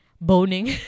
boning